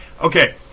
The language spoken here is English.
Okay